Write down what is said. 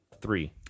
Three